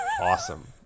awesome